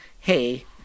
Hey